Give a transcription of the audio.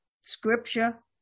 scripture